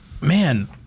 Man